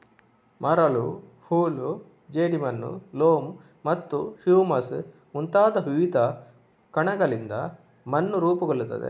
ಮರಳು, ಹೂಳು, ಜೇಡಿಮಣ್ಣು, ಲೋಮ್ ಮತ್ತು ಹ್ಯೂಮಸ್ ಮುಂತಾದ ವಿವಿಧ ಕಣಗಳಿಂದ ಮಣ್ಣು ರೂಪುಗೊಳ್ಳುತ್ತದೆ